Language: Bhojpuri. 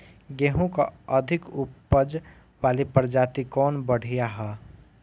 गेहूँ क अधिक ऊपज वाली प्रजाति कवन बढ़ियां ह?